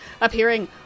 appearing